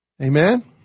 Amen